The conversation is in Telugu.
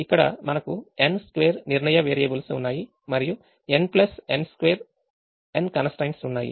ఇక్కడ మనకు n2 నిర్ణయ వేరియబుల్స్ ఉన్నాయి మరియు n n2 n constraints ఉన్నాయి